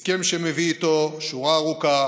הסכם שמביא איתו שורה ארוכה